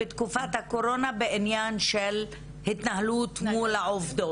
בתקופת הקורונה בעניין של התנהלות מול העובדות.